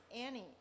Annie